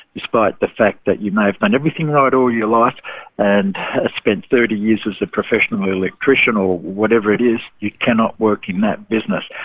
despite the fact that you may have done everything right all your life and spent thirty years as a professional electrician or whatever it is, you cannot work in that business.